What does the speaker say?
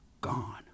gone